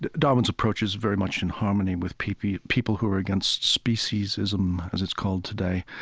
darwin's approach is very much in harmony with people people who are against speciesism as it's called today,